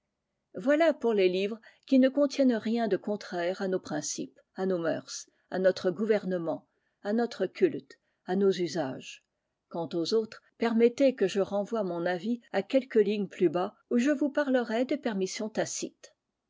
voilà pour les livres qui ne contiennent rien de contraire à nos principes à nos mœurs à notre gouvernement à notre culte à nos usages quant aux autres permettez que je renvoie mon avis à quelques lignes plus bas où je vous parlerai des permissions tacites